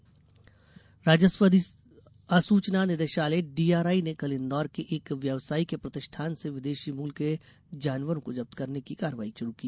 DRI राजस्व आसूचना निदेशालय डीआरआई ने कल इंदौर के एक व्यावसायी के प्रतिष्ठान से विदेशी मूल के जानवरों को जप्त करने की कार्रवाई षुरू की